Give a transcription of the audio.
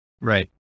Right